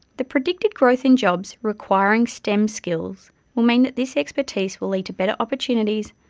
the predicted growth in jobs requiring stem skills will mean that this expertise will lead to better opportunities,